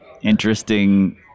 interesting